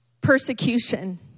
persecution